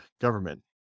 government